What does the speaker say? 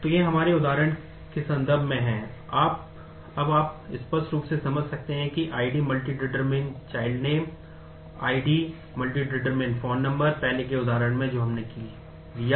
तो यह हमारे उदाहरण के संदर्भ में है अब आप स्पष्ट रूप से समझ सकते हैं कि ID →→ child name ID →→ phone number पहले के उदाहरण में जो हमने लिया